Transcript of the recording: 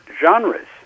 genres